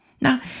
Now